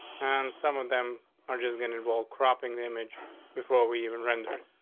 and some of them are just gonna and roll cropping the image before we even rendered.